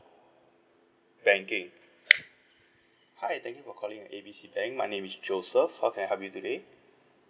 banking hi thank you for calling A B C bank my name is joseph how can I help you today